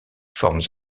formes